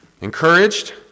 encouraged